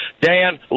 Dan